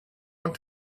want